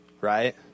right